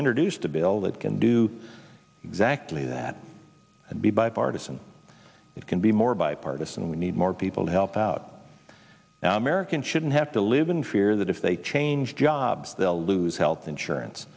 introduced a bill that can do exactly that and be bipartisan it can be more bipartisan we need more people to help out now americans shouldn't have to live in fear that if they change jobs they'll lose health insurance